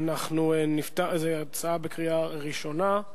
זו הצעה לקריאה ראשונה.